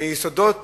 מיסודות